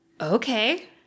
Okay